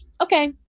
Okay